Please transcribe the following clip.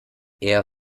eher